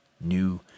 new